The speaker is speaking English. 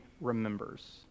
remembers